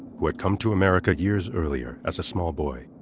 who had come to america years earlier as a small boy,